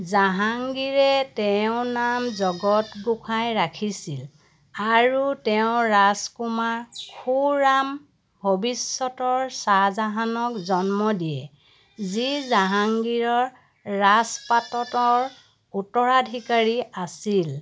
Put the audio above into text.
জাহাংগীৰে তেওঁৰ নাম জগত গোসাঁ ই ৰাখিছিল আৰু তেওঁ ৰাজকুমাৰ খুৰাম ভৱিষ্যতৰ ছাহজাহানক জন্ম দিয়ে যি জাহাংগীৰৰ ৰাজপাটৰ উত্তৰাধিকাৰী আছিল